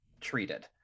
treated